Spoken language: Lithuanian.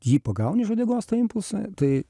jį pagauni už uodegos tą impulsą tai